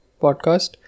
podcast